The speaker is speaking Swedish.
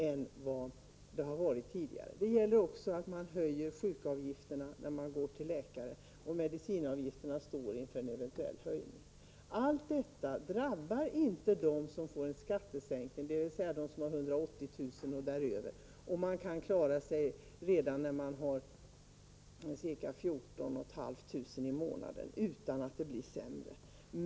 Även sjukavgifterna höjs vid besök hos läkare. Eventuellt kommer också medicinavgifterna att höjas. Allt detta drabbar inte dem som får en skattesänkning, dvs. de personer som har en inkomst på 180 000 kr. eller mer. Man kan klara sig redan när man har ca 14 500 kr. i månaden utan att det blir sämre.